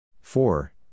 four